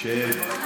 שב.